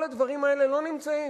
כל הדברים האלה לא נמצאים.